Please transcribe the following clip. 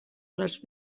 les